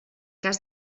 cas